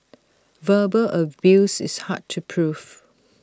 verbal abuse is hard to proof